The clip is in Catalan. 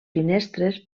finestres